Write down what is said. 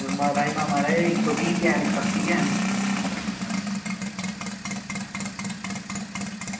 ते लम्बा राजमांह् म्हाराज इक्क सौ बीह् बी हैन ते अस्सी बी हैन